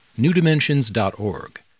newdimensions.org